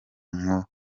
nko